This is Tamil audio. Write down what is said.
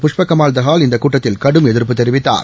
புஷ்பகமால் தஹால் இந்தக் கூட்டத்தில் கடும் எதிர்ப்பு தெரிவித்தார்